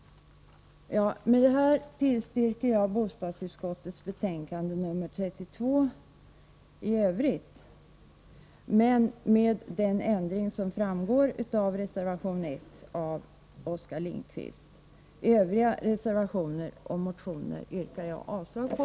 Med detta tillstyrker jag hemställan i bostadsutskottets betänkande 32, men med den ändring som framgår av reservationen av Oskar Lindkvist. Övriga reservationer och motioner yrkar jag avslag på.